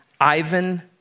Ivan